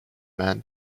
man